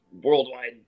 worldwide